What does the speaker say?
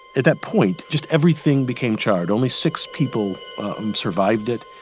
at that point, just everything became charred. only six people survived it.